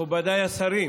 מכובדיי השרים,